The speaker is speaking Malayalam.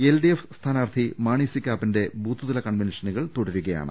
എൽഡിഎഫ് സ്ഥാനാർത്ഥി മാണി സി കാപ്പന്റെ ബൂത്ത് തല കൺവെൻഷനുകൾ തുടരുകയാണ്